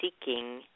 seeking